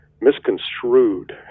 misconstrued